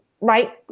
right